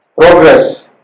progress